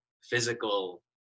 physical